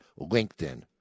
LinkedIn